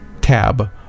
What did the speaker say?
tab